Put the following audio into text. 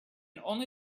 only